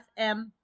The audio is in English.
fm